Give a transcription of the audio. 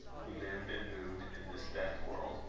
who lived and moved in this death-world,